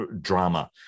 drama